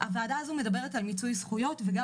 הוועדה הזו מדברת על מיצוי זכויות וגם